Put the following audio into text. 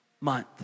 month